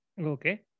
Okay